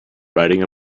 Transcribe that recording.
riding